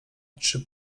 trzy